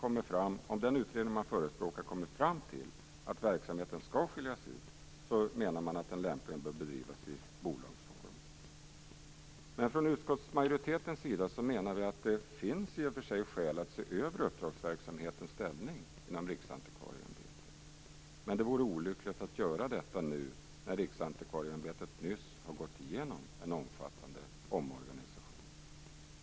Om den utredning man förespråkar kommer fram till att verksamheten skall skiljas ut, menar man att den lämpligen bör bedrivas i bolagsform. Från utskottsmajoritetens sida menar vi att det i och för sig finns skäl att se över uppdragsverksamhetens ställning inom Riksantikvarieämbetet. Men det vore olyckligt att göra detta nu, då Riksantikvarieämbetet nyligen har gått igenom en omfattande omorganisation.